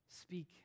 speak